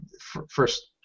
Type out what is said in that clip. first